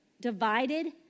divided